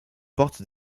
portent